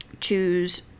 choose